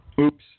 Oops